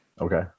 Okay